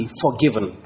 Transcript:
forgiven